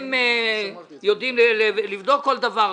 הם יודעים לבדוק כל דבר.